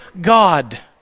God